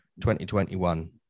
2021